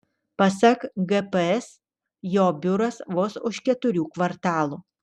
pasak gps jo biuras vos už keturių kvartalų